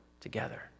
together